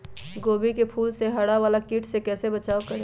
गोभी के फूल मे हरा वाला कीट से कैसे बचाब करें?